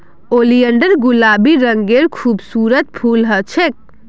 oleander गुलाबी रंगेर खूबसूरत फूल ह छेक